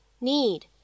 need